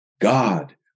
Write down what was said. God